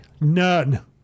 None